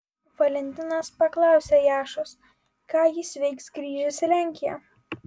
valentinas paklausė jašos ką jis veiks grįžęs į lenkiją